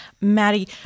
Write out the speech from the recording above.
Maddie